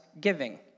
giving